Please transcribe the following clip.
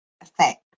effect